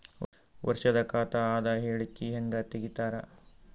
ವರ್ಷದ ಖಾತ ಅದ ಹೇಳಿಕಿ ಹೆಂಗ ತೆಗಿತಾರ?